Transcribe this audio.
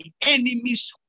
enemies